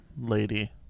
lady